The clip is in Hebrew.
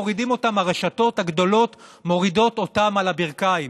הרשתות הגדולות מורידות אותם על הברכיים,